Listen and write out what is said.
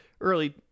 early